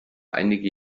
einige